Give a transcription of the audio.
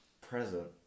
present